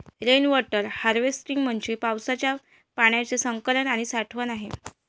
rain water harvesting म्हणजे पावसाच्या पाण्याचे संकलन आणि साठवण आहे